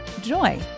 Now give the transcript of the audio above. joy